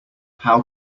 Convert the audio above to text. how